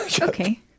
Okay